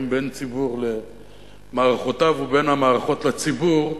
בין הציבור למערכותיו ובין המערכות לציבור,